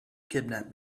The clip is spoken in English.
kidnap